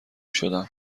شدم